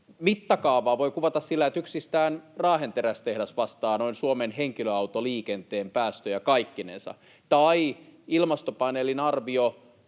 Mittakaavaa voi kuvata sillä, että yksistään Raahen terästehdas vastaa noin Suomen henkilöautoliikenteen päästöjä kaikkinensa tai että Ilmastopaneelin arvio